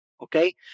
okay